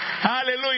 hallelujah